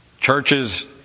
Churches